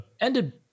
ended